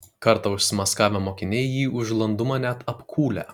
kartą užsimaskavę mokiniai jį už landumą net apkūlę